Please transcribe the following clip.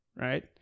right